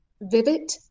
vivid